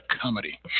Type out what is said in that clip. Comedy